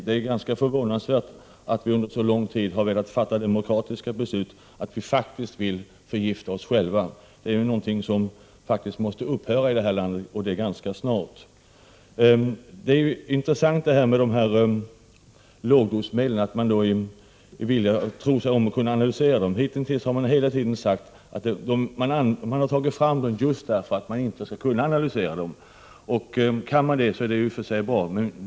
Det är förvånansvärt att det under så lång tid har fattats demokratiska beslut som innebär att vi faktiskt förgiftar oss själva. Det är någonting som måste upphöra i detta land och det ganska snart. Det är intressant att det anses möjligt att analysera lågdosmedlen. De har tagits fram just därför att de inte skall kunna analyseras, men om det går är det bra.